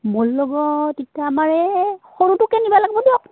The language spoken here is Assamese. মোৰ লগত এতিয়া আমাৰ এই সৰুটোকে নিব লাগব দিয়ক